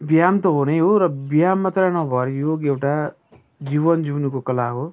व्यायाम त हो नै हो व्यायाम मात्र नभर योग एउटा जीवन जिउनुको कला हो